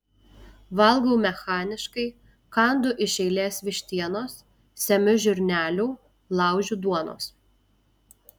valgau mechaniškai kandu iš eilės vištienos semiu žirnelių laužiu duonos